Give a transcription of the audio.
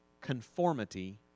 conformity